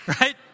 right